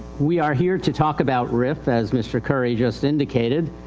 we are here to talk about rif as mr. curry just indicated.